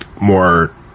more